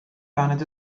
baned